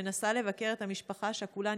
שנסע לבקר את המשפחה השכולה,